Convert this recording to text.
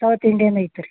south Indian ಐತೆ ರೀ